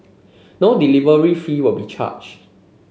no delivery fee will be charged